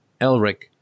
Elric